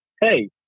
Hey